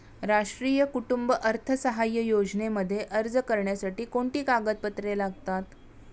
राष्ट्रीय कुटुंब अर्थसहाय्य योजनेमध्ये अर्ज करण्यासाठी कोणती कागदपत्रे लागतात?